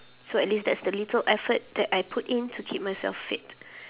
so at least that's the little effort that I put in to keep myself fit